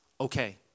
okay